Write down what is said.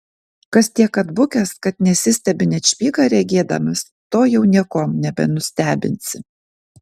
kas tiek atbukęs kad nesistebi net špygą regėdamas to jau niekuom nebenustebinsi